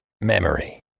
memory